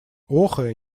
охая